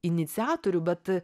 iniciatorių bet